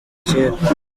cyera